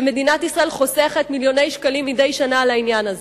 ומדינת ישראל חוסכת מיליוני שקלים מדי שנה לעניין הזה.